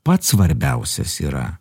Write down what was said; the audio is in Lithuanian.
pats svarbiausias yra